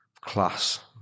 class